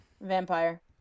Vampire